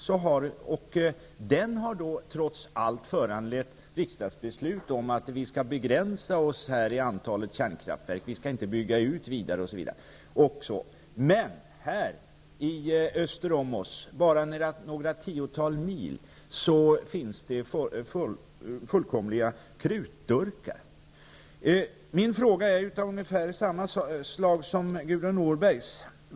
Trots det har den föranlett riksdagsbeslut om att vi skall begränsa oss när det gäller antalet kärnkraftverk och inte bygga fler. Men öster om oss, bara några tiotal mil, finns det fullkomliga krutdurkar. Min fråga är ungefär samma som Gudrun Norbergs.